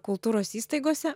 kultūros įstaigose